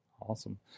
Awesome